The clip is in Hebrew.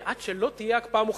עד שלא תהיה הקפאה מוחלטת,